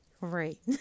right